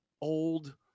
old